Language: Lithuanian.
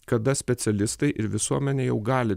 kada specialistai ir visuomenė jau gali